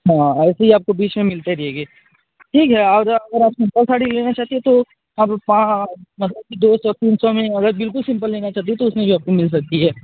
हाँ और भी आपको बीच में मिलती रहेगी ठीक है और अगर आप सिम्पल साड़ी लेना चाहती है तो आप मतलब दो सौ तीन सौ में अगर बिल्कुल सिम्पल लेना चाहती है तो उसमें भी मिल सकती है